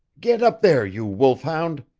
get up there, you wolf-hound!